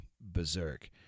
berserk